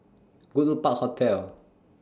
Goodwood Park Hotel